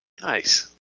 Nice